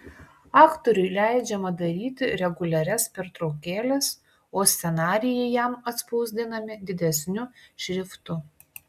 aktoriui leidžiama daryti reguliarias pertraukėles o scenarijai jam atspausdinami didesniu šriftu